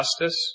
justice